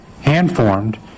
hand-formed